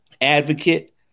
advocate